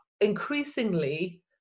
Increasingly